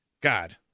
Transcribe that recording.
God